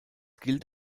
gilt